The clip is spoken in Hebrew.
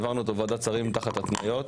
העברנו אותו בוועדת שרים תחת התניות,